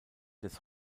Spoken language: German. des